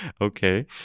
Okay